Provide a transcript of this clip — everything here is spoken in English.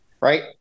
Right